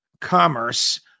commerce